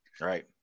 Right